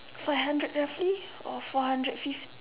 four hundred roughly or four hundred fifty